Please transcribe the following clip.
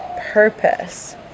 purpose